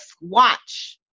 watch